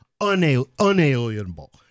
unalienable